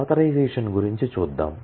authorization గురించి చూద్దాం